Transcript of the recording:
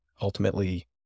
ultimately